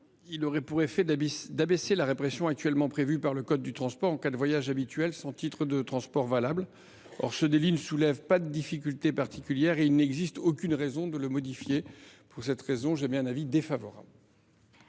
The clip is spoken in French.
auraient pour effet d’abaisser la répression actuellement prévue par le code des transports en cas de voyage habituel sans titre de transport valable. Or ce délit ne soulève pas de difficultés particulières et il n’existe aucune raison de le modifier. Pour cette raison, j’émets un avis défavorable